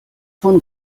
von